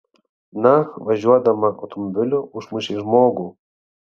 na važiuodama automobiliu užmušei žmogų